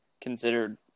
considered